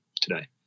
today